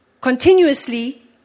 continuously